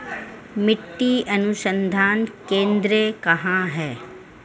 मिट्टी अनुसंधान केंद्र कहाँ है?